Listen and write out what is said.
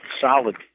Solid